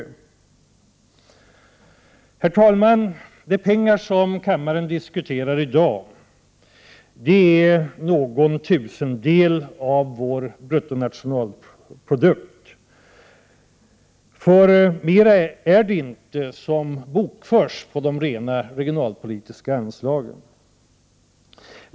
Herr talman! De pengar som kammaren diskuterar i dag utgör någon tusendel av vår bruttonationalprodukt. Det är nämligen inte mer som bokförs på de rena regionalpolitiska anslagen.